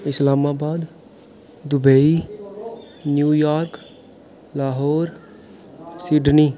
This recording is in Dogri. Islamabad Dubai New York Lahore Sydney